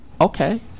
okay